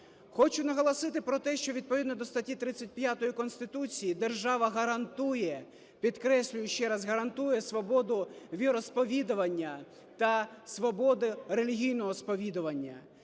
Хочу наголосити про те, що відповідно до статті 35 Конституції держава гарантує, підкреслюю ще раз, гарантує свободу віросповідання та свободу релігійного сповідування.